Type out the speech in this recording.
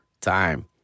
time